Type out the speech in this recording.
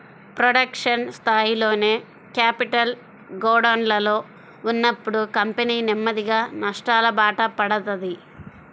production స్థాయిలోనే capital గోడౌన్లలో ఉన్నప్పుడు కంపెనీ నెమ్మదిగా నష్టాలబాట పడతది